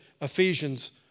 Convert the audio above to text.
Ephesians